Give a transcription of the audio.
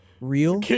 Real